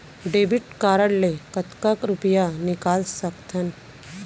Debit card ले कतका रुपिया निकाल सकथन?